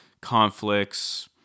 conflicts